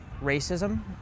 racism